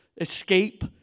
escape